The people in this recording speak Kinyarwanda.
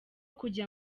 kujya